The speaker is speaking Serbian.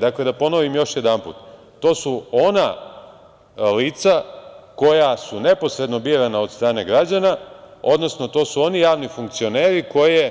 Dakle, da ponovim još jednom – to su ona lica koja su neposredno birana od strane građana, odnosno to su oni javni funkcioneri koje